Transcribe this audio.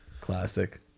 Classic